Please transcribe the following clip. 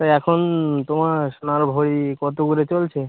তা এখন তোমার সোনার ভরি কত করে চলছে